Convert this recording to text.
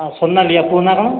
ଅ ସୋନାଲି ଆଉ ପୁଅ ନାଁ କଣ